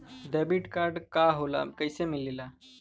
Debit card का होला कैसे मिलेला?